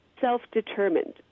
self-determined